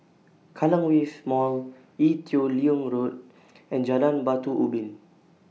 Kallang Wave Mall Ee Teow Leng Road and Jalan Batu Ubin